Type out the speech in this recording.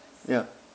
ya